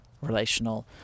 relational